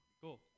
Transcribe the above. Cool